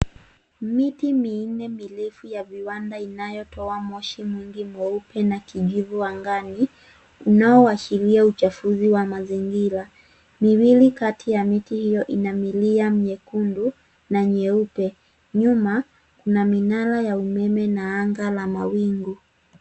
Miti minne mirefu ya viwanda inayotoa moshi mwingi mweupe na kijivu angani; unaoashiria uchafuzi wa mazingira. Miwili kati ya miti hiyo ina milia myekundu na nyeupe. Nyuma kuna minara ya umeme na anga la mawingu.